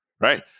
right